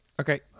okay